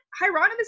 Hieronymus